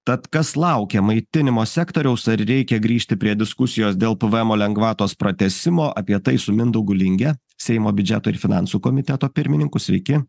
tad kas laukia maitinimo sektoriaus ar reikia grįžti prie diskusijos dėl pvmo lengvatos pratęsimo apie tai su mindaugu linge seimo biudžeto ir finansų komiteto pirmininku sveiki